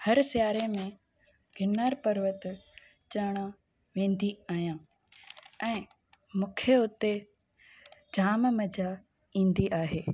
हर सिआरे में गिरनार पर्बत चढ़णु वेंदी आहियां ऐं मूंखे हुते जाम मज़ा ईंदी आहे